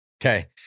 Okay